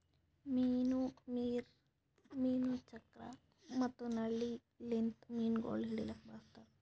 ಮೀನು ವೀರ್, ಮೀನು ಚಕ್ರ ಮತ್ತ ನಳ್ಳಿ ಲಿಂತ್ ಮೀನುಗೊಳ್ ಹಿಡಿಲುಕ್ ಬಳಸ್ತಾರ್